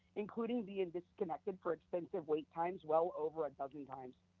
including being disconnected for extensive wait times well over a dozen times.